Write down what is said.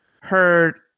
heard